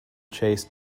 chase